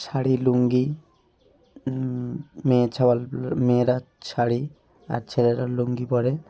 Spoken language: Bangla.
শাড়ি লুঙ্গি মেয়ে ছাওয়াল মেয়েরা শাড়ি আর ছেলেরা লুঙ্গি পরে